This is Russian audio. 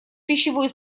пищевой